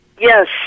Yes